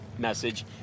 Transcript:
message